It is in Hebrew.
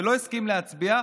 ולא הסכים להצביע,